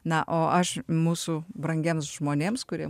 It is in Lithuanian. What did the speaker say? na o aš mūsų brangiems žmonėms kurie